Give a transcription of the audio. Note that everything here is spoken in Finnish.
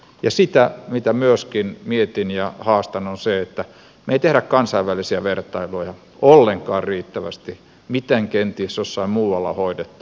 ja se mitä myöskin mietin ja haastan on se että me emme tee kansainvälisiä vertailuja ollenkaan riittävästi siitä miten kenties jossain muualla on hoidettu